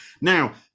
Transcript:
Now